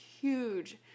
huge